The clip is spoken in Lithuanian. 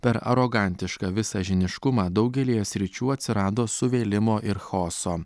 per arogantišką visažiniškumą daugelyje sričių atsirado suvėlimo ir chaoso